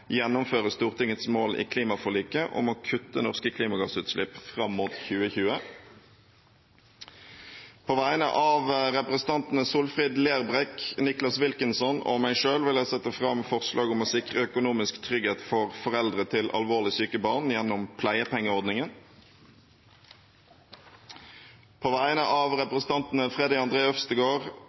gjennomføre Stortingets mål i klimaforliket om å kutte norske klimagassutslipp fram mot 2020. På vegne av representantene Solfrid Lerbrekk, Nicholas Wilkinson og meg selv vil jeg sette fram forslag om å sikre økonomisk trygghet for foreldre til alvorlig syke barn gjennom pleiepengeordningen. På vegne av representantene Freddy André Øvstegård,